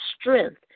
strength